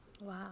Wow